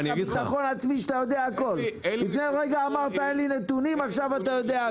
לפני רגע אמרת שאין לך נתונים ועכשיו אתה יודע הכול.